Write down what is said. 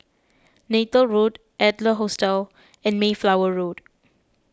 Neythal Road Adler Hostel and Mayflower Road